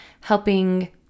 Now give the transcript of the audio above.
helping